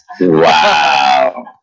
Wow